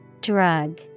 Drug